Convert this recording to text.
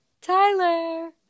Tyler